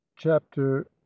Chapter